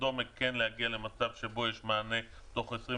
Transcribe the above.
המטרה היא להגיע למצב שבו יש מענה תוך 24